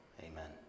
Amen